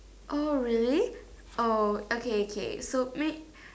oh really oh okay okay so wait